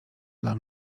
dla